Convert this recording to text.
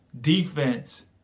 defense